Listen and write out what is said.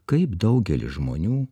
kaip daugelis žmonių